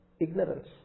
ignorance